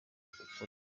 ukorera